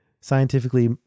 scientifically